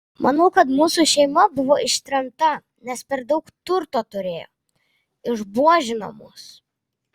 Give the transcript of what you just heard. manau kad mūsų šeima buvo ištremta nes per daug turto turėjo išbuožino mus